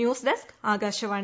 news desk Akashvani